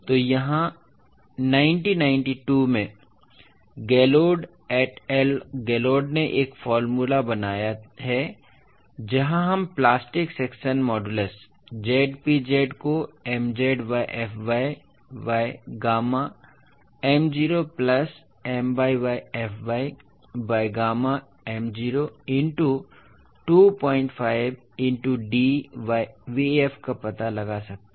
तो यहाँ 1992 में Galord et al Galord ने एक फार्मूला बनाया है जहाँ हम प्लास्टिक सेक्शन मॉडूलस Zpz को Mz by fy by gamma m0 plus My by fy by gamma m0 into 25 into d by bf का पता लगा सकते हैं